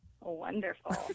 Wonderful